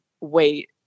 wait